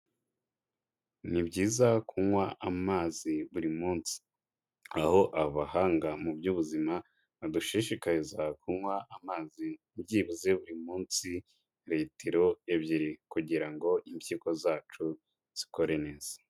Ni byiza kunywa amazi buri munsi, aho abahanga mu by'ubuzima badushishikariza kunywa amazi, byibuze buri munsi litiro ebyiri kugira ngo impyiko zacu zikore neza,